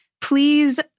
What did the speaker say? please